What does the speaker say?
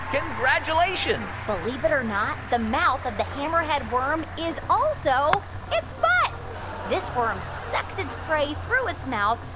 congratulations believe it or not, the mouth of the hammerhead worm is also its butt this worm sucks its prey through its mouth,